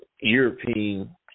European